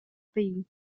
pays